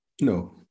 no